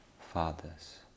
fathers